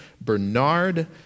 Bernard